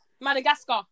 Madagascar